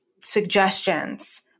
suggestions